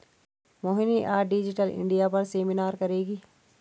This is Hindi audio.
मोहिनी आज डिजिटल इंडिया पर सेमिनार करेगी